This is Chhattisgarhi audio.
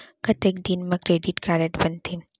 कतेक दिन मा क्रेडिट कारड बनते?